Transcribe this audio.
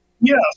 Yes